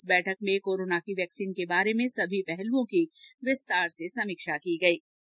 इस बैठक में कोरोना की वैक्सिन के संबंध में सभी पहलुओं कीक विस्तार से समीक्षा की गयी